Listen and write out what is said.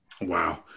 Wow